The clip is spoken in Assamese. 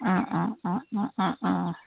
অঁ অঁ অঁ অঁ অঁ অঁ